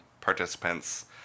participants